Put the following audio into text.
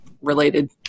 related